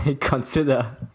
consider